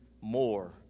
more